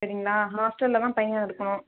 சரிங்களா ஹாஸ்டலில் தான் பையன் இருக்கணும்